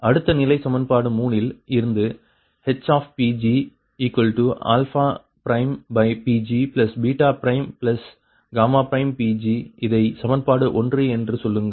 அடுத்த நிலை சமன்பாடு 3 இல் இருந்து HPgPgPg இதை சமன்பாடு 1 என்று சொல்லுங்கள்